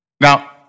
Now